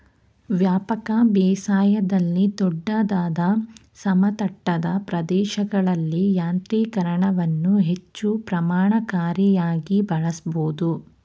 ವ್ಯಾಪಕ ಬೇಸಾಯದಲ್ಲಿ ದೊಡ್ಡದಾದ ಸಮತಟ್ಟಾದ ಪ್ರದೇಶಗಳಲ್ಲಿ ಯಾಂತ್ರೀಕರಣವನ್ನು ಹೆಚ್ಚು ಪರಿಣಾಮಕಾರಿಯಾಗಿ ಬಳಸ್ಬೋದು